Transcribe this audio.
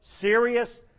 serious